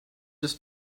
just